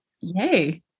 Yay